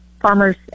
farmers